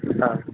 ஆ